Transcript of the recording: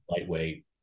lightweight